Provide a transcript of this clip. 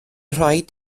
rhaid